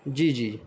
جی جی